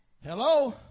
Hello